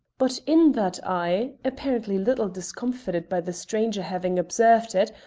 but in that eye apparently little discomfited by the stranger having observed it,